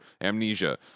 Amnesia